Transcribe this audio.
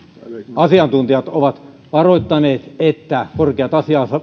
asiantuntijat ovat varoittaneet että korkeat